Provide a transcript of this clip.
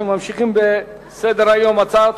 אנחנו ממשיכים בסדר-היום: הצעת